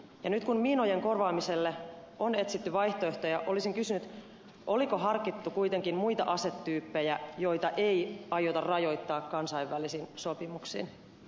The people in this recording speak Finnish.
ja nyt kun miinojen korvaamiselle on etsitty vaihtoehtoja olisin kysynyt oliko harkittu kuitenkin muita asetyyppejä joita ei aiota rajoittaa kansainvälisin sopimuksin